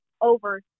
over